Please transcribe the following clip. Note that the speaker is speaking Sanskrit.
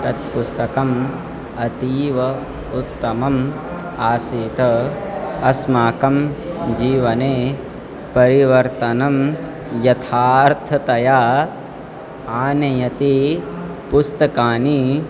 तत् पुस्तकम् अतीव उत्तमम् आसीत् अस्माकं जीवने परिवर्तनं यथार्थतया आनयति पुस्तकानि